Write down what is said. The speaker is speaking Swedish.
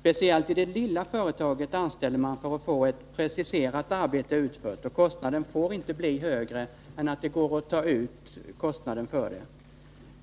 Speciellt i det lilla företaget anställer man för att få ett preciserat arbete utfört, och kostnaden får inte bli högre än att den går att ta ut.